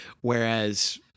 Whereas